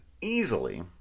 easily